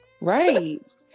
Right